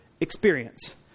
experience